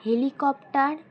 helicopter